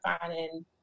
finding